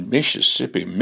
Mississippi